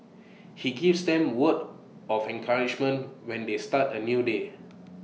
he gives them words of encouragement when they start A new day